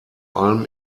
allem